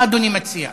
מה אדוני מציע?